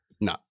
no